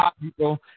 people